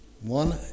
one